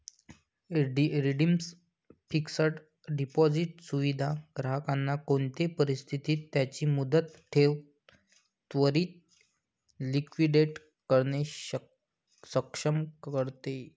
redeemed fixed deposit सुविधा ग्राहकांना कोणते परिस्थितीत त्यांची मुदत ठेव त्वरीत लिक्विडेट करणे सक्षम करते